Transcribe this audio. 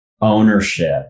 ownership